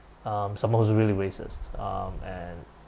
um someone who's really racist um and